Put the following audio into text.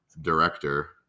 director